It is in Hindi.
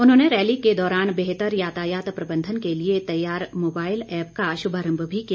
उन्होंने रैली के दौरान बेहतर यातायात प्रबंधन के लिए तैयार मोबाईल ऐप का शुभारंभ भी किया